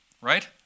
right